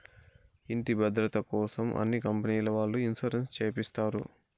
ఇంటి భద్రతకోసం అన్ని కంపెనీల వాళ్ళు ఇన్సూరెన్స్ చేపిస్తారు